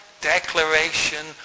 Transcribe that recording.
declaration